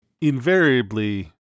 invariably